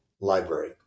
library